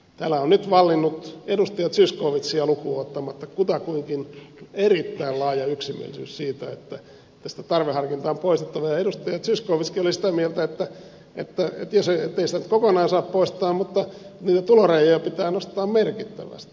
täällä on nyt vallinnut edustaja zyskowiczia lukuun ottamatta kutakuinkin erittäin laaja yksimielisyys siitä että tästä tarveharkinta on poistettava ja edustaja zyskowiczkin oli sitä mieltä ettei sitä nyt kokonaan saa poistaa mutta tulorajoja pitää nostaa merkittävästi